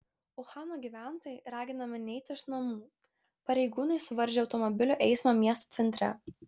uhano gyventojai raginami neiti iš namų pareigūnai suvaržė automobilių eismą miesto centre